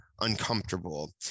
uncomfortable